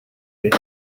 with